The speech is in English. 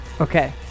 Okay